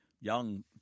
Young